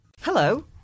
Hello